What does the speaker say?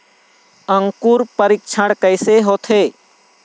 अंकुरण परीक्षण कैसे होथे?